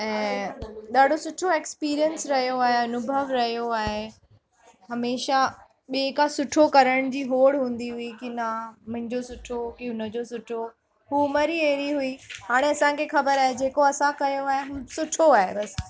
ऐं ॾाढो सुठो एक्स्पीरियंस रहियो आहे अनुभव रहियो आहे हमेशह ॿिए खां सुठो करण जी होड़ हूंदी हुई कि न मुंहिंजो सुठो के हुन जो सुठो उमिरि ई हेड़ी हुई हाणे असांखे ख़बर आहे जेको असां कयो आहे हू सुठो आहे बस